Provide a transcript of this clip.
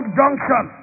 junction